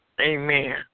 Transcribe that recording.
Amen